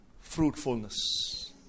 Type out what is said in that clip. fruitfulness